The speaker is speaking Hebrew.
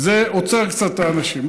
זה עוצר קצת את האנשים,